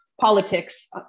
politics